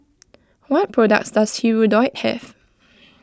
what products does Hirudoid have